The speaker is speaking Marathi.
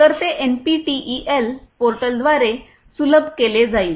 तर ते एनपीटीईएल पोर्टलद्वारे सुलभ केले जाईल